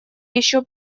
еще